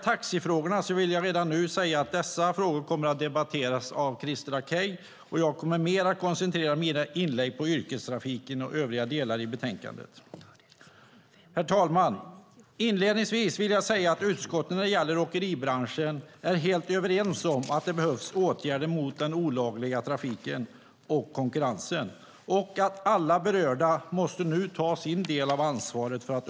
Taxifrågorna kommer att debatteras av Christer Akej, och jag kommer mer att koncentrera mitt inlägg på yrkestrafiken och övriga delar i betänkandet. Herr talman! Inledningsvis vill jag säga att utskottet i frågan om åkeribranschen är helt överens om att det behövs åtgärder mot den olagliga trafiken och konkurrensen. Alla berörda måste nu ta sin del av ansvaret.